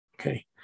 Okay